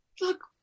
Look